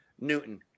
Newton